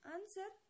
Answer